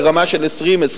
לרמה של 22%-20%,